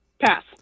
Pass